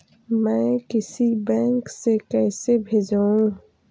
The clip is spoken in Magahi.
मैं किसी बैंक से कैसे भेजेऊ